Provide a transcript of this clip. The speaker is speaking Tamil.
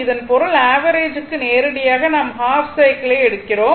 இதன் பொருள் ஆவரேஜ் க்கு நேரடியாக நாம் ஹாஃப் சைக்கிள் எடுக்கிறோம்